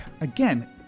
again